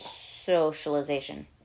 socialization